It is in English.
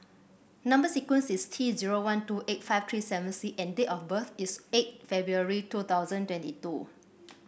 number sequence is T zero one two eight five three seven C and date of birth is eight February two thousand twenty two